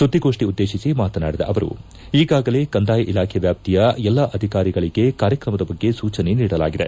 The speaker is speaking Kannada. ಸುದ್ದಿಗೋಷ್ಠಿ ಉದ್ದೇಶಿಸಿ ಮಾತನಾಡಿದ ಅವರು ಈಗಾಗಲೇ ಕಂದಾಯ ಇಲಾಖೆ ವ್ಯಾಪ್ತಿಯ ಎಲ್ಲಾ ಅಧಿಕಾರಿಗಳಿಗೆ ಕಾರ್ಯಕ್ರಮದ ಬಗ್ಗೆ ಸೂಚನೆ ನೀಡಲಾಗಿದೆ